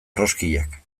erroskillak